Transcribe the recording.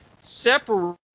separate